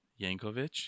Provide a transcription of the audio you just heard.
Yankovic